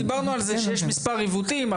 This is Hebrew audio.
דיברנו על זה שיש מספר עיוותים.